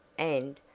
and,